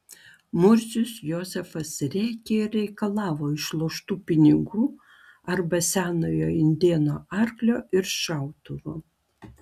murzius jozefas rėkė ir reikalavo išloštų pinigų arba senojo indėno arklio ir šautuvo